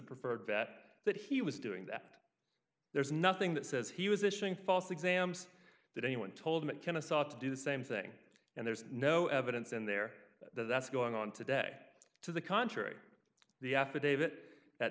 preferred bet that he was doing that there's nothing that says he was issuing false exams that anyone told him and kennesaw to do the same thing and there's no evidence in there that's going on today to the contrary the affidavit that